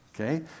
Okay